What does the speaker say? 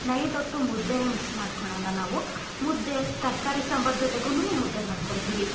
ನೈಟೊತ್ತು ಮುದ್ದೆ ಮಿಸ್ ಮಾಡ್ಕೊಳೊಲ್ಲ ನಾವು ಮುದ್ದೆ ತರಕಾರಿ ಸಾಂಬಾರು ಜೊತೆಗೂನು ಮುದ್ದೆ ಮಾಡ್ಕೊತೀವಿ